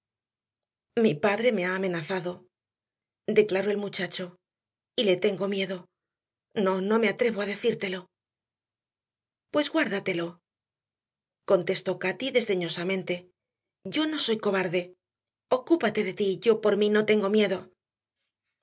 mi padre me ha amenazado declaró el muchacho y le tengo miedo no no me atrevo a decírtelo pues guárdatelo contestó cati desdeñosamente yo no soy cobarde ocúpate de ti yo por mí no tengo miedo